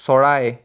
চৰাই